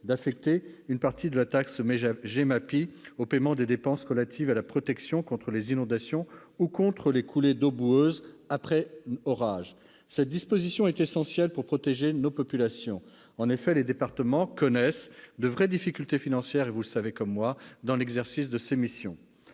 d'affecter une partie de la taxe GEMAPI au paiement des dépenses relatives à la protection contre les inondations ou les coulées d'eaux boueuses après orage. Cette disposition est essentielle pour protéger nos populations. En effet, les départements connaissent de vraies difficultés financières, vous le savez comme moi, mes chers collègues, dans l'exercice de ces missions.